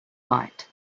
bite